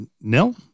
nil